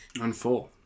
Unfold